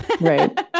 Right